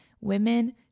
women